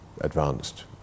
advanced